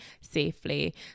safely